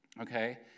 Okay